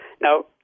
Now